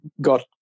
got